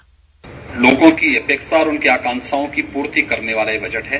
bite लोगों की अपेक्षा और उनकी आकांक्षाओं की पूर्ति करने वाला यह बजट है